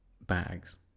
bags